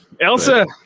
Elsa